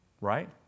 Right